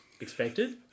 expected